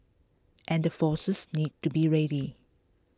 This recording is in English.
and the forces need to be ready